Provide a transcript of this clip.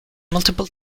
multiple